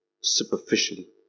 superficially